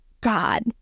God